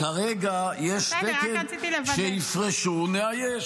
רק רציתי לוודא.